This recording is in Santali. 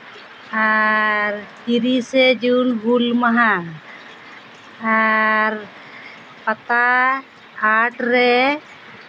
ᱟᱨ ᱛᱤᱨᱤᱥᱮ ᱡᱩᱱ ᱦᱩᱞ ᱢᱟᱦᱟ ᱟᱨ ᱯᱟᱛᱟ ᱟᱴ ᱨᱮ